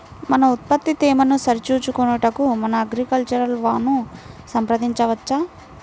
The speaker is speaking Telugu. మన ఉత్పత్తి తేమను సరిచూచుకొనుటకు మన అగ్రికల్చర్ వా ను సంప్రదించవచ్చా?